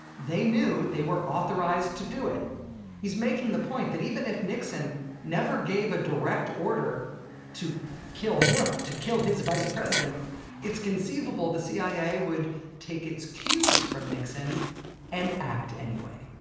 they knew they were authorized to do it he's making the point that even if nixon never gave a direct order to to kill him to kill his vice president it's conceivable the cia would take its cues from nixon and act anyway.